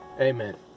Amen